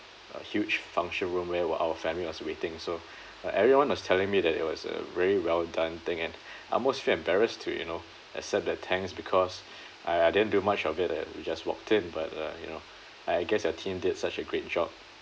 a huge function room where were our family was waiting so like everyone was telling me that it was a very well done thing and I almost feel embarrassed to you know accept the thanks because I I didn't do much of it it we just walked in but uh you know I guess your team did such a great job